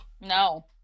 no